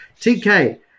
TK